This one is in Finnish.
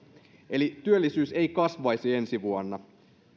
eli työllisyys ei kasvaisi ensi vuonna